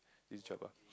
this job ah